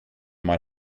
mal